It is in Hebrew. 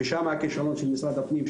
ושם הכישלון של משרד הפנים,